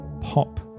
pop